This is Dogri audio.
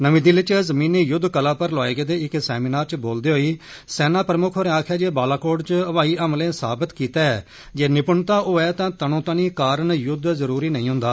नमी दिल्ली इच जमीनी युद्ध कला पर लोआए गदे इक सैमीनार इच बोलदे होई सेना प्रमुक्ख होरें आक्खेआ जे बालाकोट इच हवाई हमलें साबित कीता ऐ जे निप्नता होए तां तनोतनी कारण य्द्व जरुरी नेई हन्दा